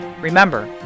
Remember